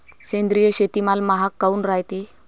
सेंद्रिय शेतीमाल महाग काऊन रायते?